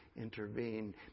intervene